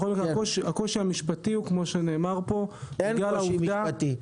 הקושי המשפטי הוא כמו שנאמר פה -- אין קושי משפטי.